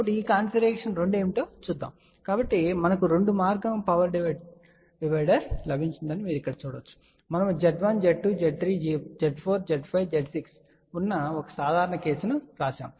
కాబట్టి ఈ కాన్ఫిగరేషన్ 2 ఏమిటో చూద్దాం కాబట్టి మనకు 2 మార్గం పవర్ డివైడర్ లభించిందని మీరు ఇక్కడ చూడవచ్చు మనము Z1 Z2 Z3 Z4 Z5 Z6 ఉన్న ఒక సాధారణ కేసును వ్రాసాము